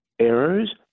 errors